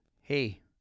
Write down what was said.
hey